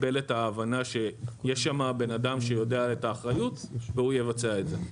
מקבל את ההבנה שיש שם את האדם שיודע את האחריות והוא יבצע את זה.